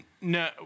No